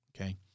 Okay